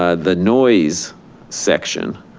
ah the noise section.